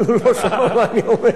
אבל הוא לא שומע מה אני אומר.